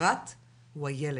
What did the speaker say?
כפרט הוא הילד.